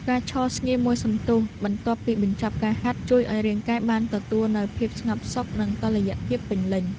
ការឈរស្ងៀមមួយសន្ទុះបន្ទាប់ពីបញ្ចប់ការហាត់ ជួយឱ្យរាងកាយបានទទួលនូវភាពស្ងប់សុខ និងតុល្យភាពពេញលេញ។